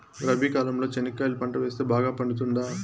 రబి కాలంలో చెనక్కాయలు పంట వేస్తే బాగా పండుతుందా?